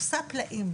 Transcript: עושה פלאים,